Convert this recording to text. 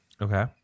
Okay